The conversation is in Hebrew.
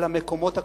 על המקומות הקדושים,